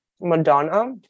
Madonna